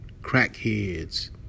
Crackheads